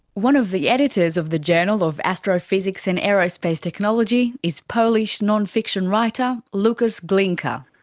one of the editors of the journal of astrophysics and aerospace technology is polish non-fiction writer, lukasz glinka.